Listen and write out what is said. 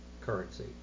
currency